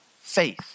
faith